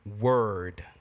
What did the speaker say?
Word